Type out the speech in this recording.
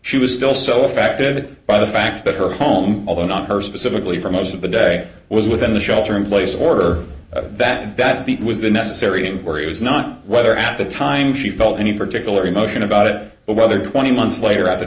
she was still so affected by the fact that her home although not her specifically for most of the day was within the shelter in place order that that beat was the necessary and where he was not whether at the time she felt any particular emotion about it but whether twenty months later at the